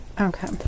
Okay